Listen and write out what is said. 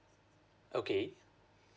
okay